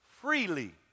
Freely